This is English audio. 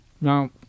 Now